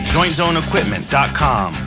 JointZoneEquipment.com